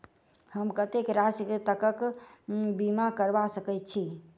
हम कत्तेक राशि तकक बीमा करबा सकैत छी?